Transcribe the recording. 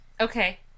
Okay